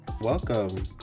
Welcome